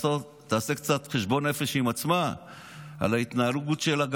תעשה קצת חשבון נפש עם עצמה על ההתנהגות שלה,